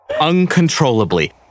Uncontrollably